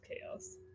chaos